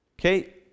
Okay